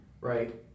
right